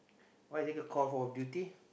why is it Call-of-Duty